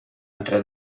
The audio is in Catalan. entre